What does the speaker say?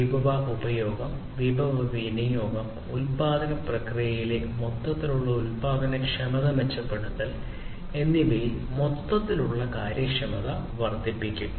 വിഭവ ഉപഭോഗം വിഭവ വിനിയോഗം ഉൽപാദന പ്രക്രിയയിലെ മൊത്തത്തിലുള്ള ഉൽപാദനക്ഷമത മെച്ചപ്പെടുത്തൽ എന്നിവയിൽ മൊത്തത്തിലുള്ള കാര്യക്ഷമത വർദ്ധിപ്പിക്കും